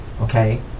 Okay